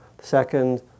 Second